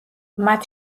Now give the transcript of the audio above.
მათ